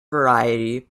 variety